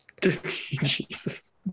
Jesus